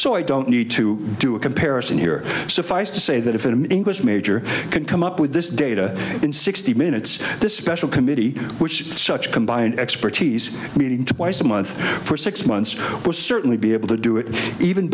so i don't need to do a comparison here suffice to say that if an english major could come up with this data in sixty minutes the special committee which such combined expertise meeting twice a month for six months will certainly be able to do it even